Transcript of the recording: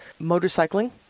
motorcycling